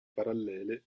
parallele